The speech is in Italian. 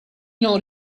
non